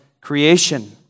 creation